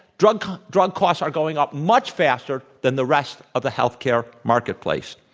drug drug costs are going up much faster than the rest of the health care marketplace.